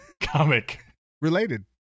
Comic-related